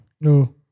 No